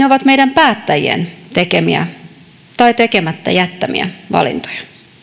ovat meidän päättäjien tekemiä tai tekemättä jättämiä valintoja